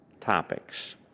topics